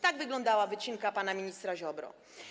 Tak wyglądała wycinka pana ministra Ziobry.